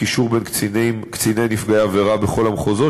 קישור בין קציני נפגעי עבירה בכל המחוזות